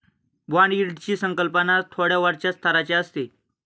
bond यील्डची संकल्पना थोड्या वरच्या स्तराची असते